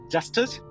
Justice